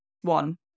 one